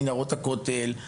מנהרות הכותל,